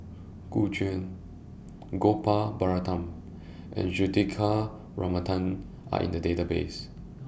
Gu Juan Gopal Baratham and Juthika Ramanathan Are in The databases